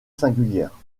singulière